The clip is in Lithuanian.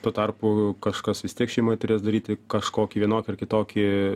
tuo tarpu kažkas vis tiek šeimoj turės daryti kažkokį vienokį ar kitokį